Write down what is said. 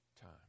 time